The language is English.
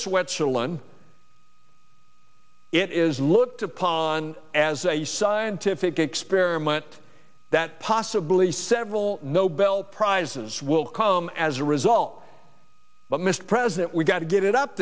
switzerland it is looked upon as a scientific experiment that possibly several nobel prizes will come as a result but mr president we've got to get it up